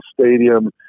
Stadium